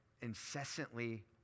incessantly